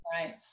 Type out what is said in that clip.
Right